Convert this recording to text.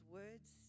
words